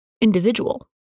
individual